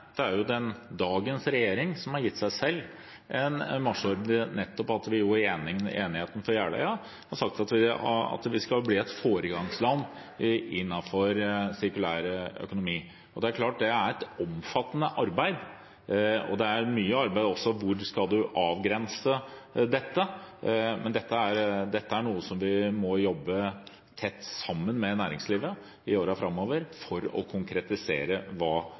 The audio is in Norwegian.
dagens regjering som har gitt seg selv en marsjordre, nettopp ut fra enigheten på Jeløya, og sagt at vi skal bli et foregangsland innen sirkulær økonomi. Det er klart at det er et omfattende arbeid, og det er også mye arbeid med hvordan man skal avgrense dette. Men dette er noe vi må jobbe med, tett sammen med næringslivet, i årene framover for å konkretisere hva